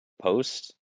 post